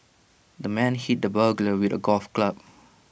the man hit the burglar with A golf club